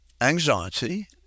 anxiety